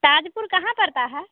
ताजपुर कहाँ पड़ता है